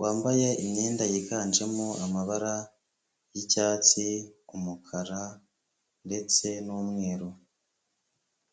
wambaye imyenda yiganjemo amabara y'icyatsi, umukara ndetse n'umweru.